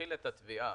התחיל את התביעה